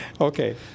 Okay